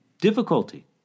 difficulty